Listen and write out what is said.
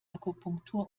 akupunktur